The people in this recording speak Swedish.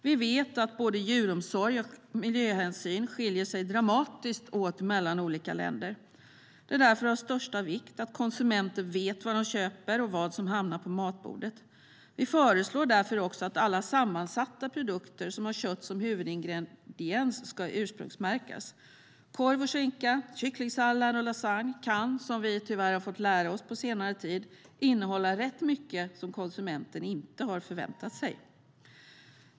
Vi vet att både djuromsorg och miljöhänsyn skiljer sig åt dramatiskt mellan olika länder. Det är därför av största vikt att konsumenter vet vad de köper och vad som hamnar på matbordet. Vi föreslår därför också att alla sammansatta produkter som har kött som huvudingrediens ska ursprungsmärkas. Korv och skinka, kycklingsallad och lasagne kan, som vi tyvärr har fått lära oss på senare tid, innehålla rätt mycket som konsumenten inte har förväntat sig.